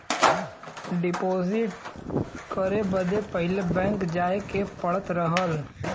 deposit करे बदे पहिले बैंक जाए के पड़त रहल